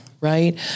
right